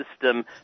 system